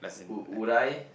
would would I